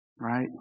right